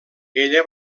ella